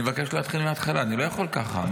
אני מבקש להתחיל מהתחלה, אני לא יכול ככה.